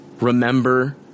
remember